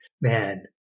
man